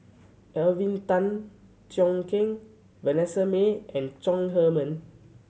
Alvin Tan Cheong Kheng Vanessa Mae and Chong Heman